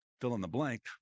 fill-in-the-blank